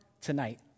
tonight